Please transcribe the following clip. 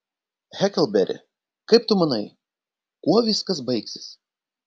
heklberi kaip tu manai kuo viskas baigsis